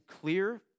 clear